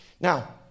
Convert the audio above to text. Now